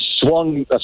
swung